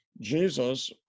Jesus